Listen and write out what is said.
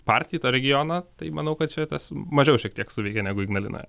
partijai to regiono tai manau kad čia tas mažiau šiek tiek suveikė negu ignalinoje